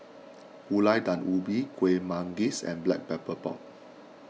Gulai Daun Ubi Kuih Manggis and Black Pepper Pork